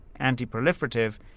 anti-proliferative